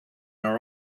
are